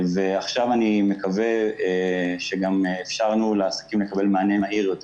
עכשיו אני מקווה שגם אפשרנו לעסקים לקבל מענה מהיר יותר.